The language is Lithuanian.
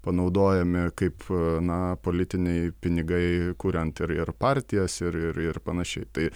panaudojami kaip na politiniai pinigai kuriant ir ir partijas ir ir ir panašiai tai